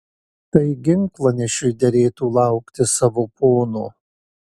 tai ginklanešiui derėtų laukti savo pono